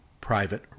Private